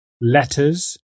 letters